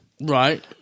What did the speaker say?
Right